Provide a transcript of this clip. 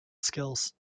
skills